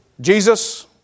Jesus